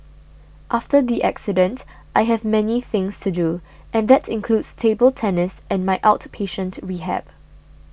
after the accident I have many things to do and that includes table tennis and my outpatient rehab